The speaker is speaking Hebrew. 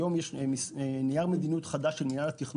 היום יש נייר מדיניות חדש של מינהל התכנון